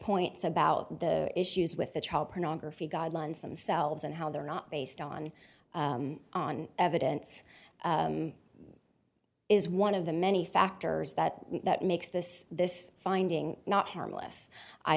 points about the issues with the child pornography guidelines themselves and how they're not based on evidence is one of the many factors that that makes this this finding not harmless i